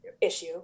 issue